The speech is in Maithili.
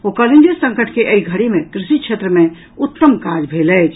ओ कहलनि जे संकट के एहि घड़ी मे कृषि क्षेत्र मे उत्तम काज भेल अछि